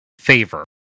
favor